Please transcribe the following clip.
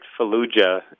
Fallujah